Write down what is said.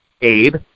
Abe